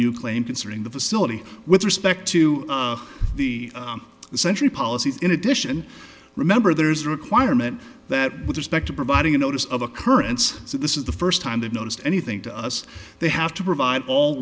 new claim concerning the facility with respect to the century policies in addition remember there is requirement that with respect to providing a notice of occurrence so this is the first time they've noticed anything to us they have to provide all